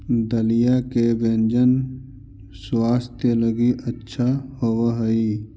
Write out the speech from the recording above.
दलिया के व्यंजन स्वास्थ्य लगी अच्छा होवऽ हई